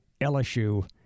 LSU